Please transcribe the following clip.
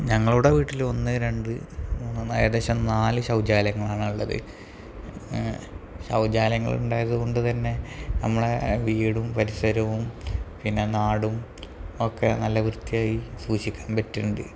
ഞങ്ങളുടെ വീട്ടിൽ ഒന്ന് രണ്ട് മൂന്ന് ഏകദേശം നാല് ശൗചാലയങ്ങളാണ് ഉള്ളത് ശൗചാലയങ്ങൾ ഉണ്ടായത് കൊണ്ട് തന്നെ നമ്മളെ വീടും പരിസരവും പിന്നെ നാടും ഒക്കെ നല്ല വൃത്തിയായി സൂക്ഷിക്കാൻ പറ്റുന്നുണ്ട്